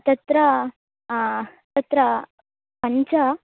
तत्र तत्र पञ्च